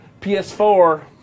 PS4